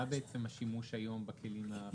מה בעצם השימוש היום בכלים הפליליים?